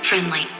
Friendly